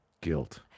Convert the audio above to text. guilt